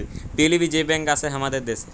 PLB যে bank আসে হামাদের দ্যাশে